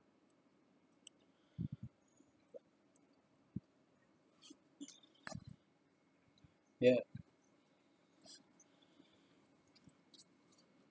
yup